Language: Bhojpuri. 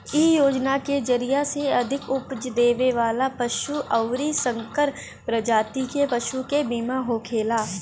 इ योजना के जरिया से अधिका उपज देवे वाला पशु अउरी संकर प्रजाति के पशु के बीमा होखेला